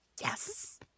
Yes